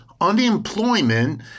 Unemployment